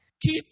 Keep